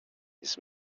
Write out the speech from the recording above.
his